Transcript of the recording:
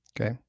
Okay